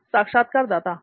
साक्षात्कारदाता हां